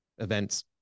events